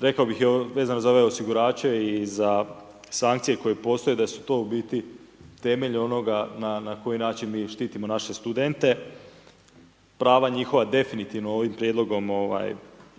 rekao bi vezano za ove osigurače i sankcije koje postoje, da su to u niti temelj onoga na koji način mi štitimo naše studente. Prava njihova definitivno ovim prijedlogom